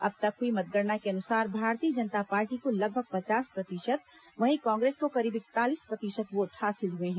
अब तक हुई मतगणना के अनुसार भारतीय जनता पार्टी को लगभग पचास प्रतिशत वहीं कांग्रेस को करीब इकतालीस प्रतिशत वोट हासिल हुए हैं